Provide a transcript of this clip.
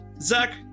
Zach